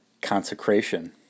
consecration